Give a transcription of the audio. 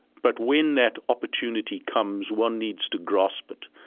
but when that opportunity comes, one needs to grasp it.